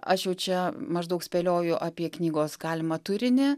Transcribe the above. aš jau čia maždaug spėlioju apie knygos galimą turinį